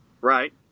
Right